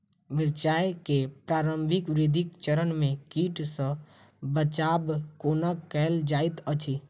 मिर्चाय केँ प्रारंभिक वृद्धि चरण मे कीट सँ बचाब कोना कैल जाइत अछि?